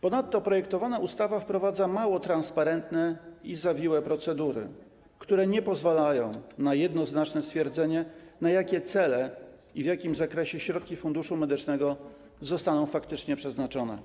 Ponadto projektowana ustawa wprowadza mało transparentne i zawiłe procedury, które nie pozwalają na jednoznaczne stwierdzenie, na jakie cele i w jakim zakresie środki Funduszu Medycznego zostaną faktycznie przeznaczone.